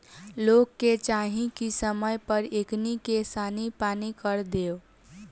लोग के चाही की समय पर एकनी के सानी पानी कर देव